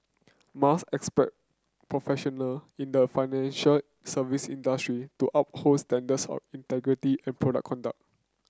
Mas expect professional in the financial service industry to uphold standards of integrity and proper conduct